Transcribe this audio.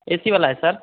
ए C वाला है sir